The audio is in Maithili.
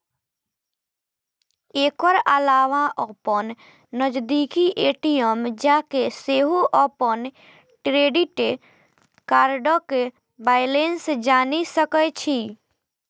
एकर अलावा अपन नजदीकी ए.टी.एम जाके सेहो अपन क्रेडिट कार्डक बैलेंस जानि सकै छी